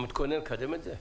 הוא מתכונן לקדם את זה?